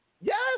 Yes